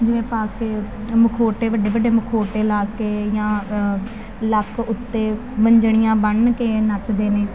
ਜਿਵੇਂ ਪਾ ਕੇ ਮਖੋਟੇ ਵੱਡੇ ਵੱਡੇ ਮਖੋਟੇ ਲਾ ਕੇ ਜਾਂ ਲੱਕ ਉੱਤੇ ਮੰਜਣੀਆਂ ਬੰਨ੍ਹ ਕੇ ਨੱਚਦੇ ਨੇ